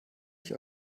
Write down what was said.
ich